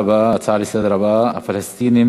נעבור להצעה לסדר-היום בנושא: הפלסטינים